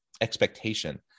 expectation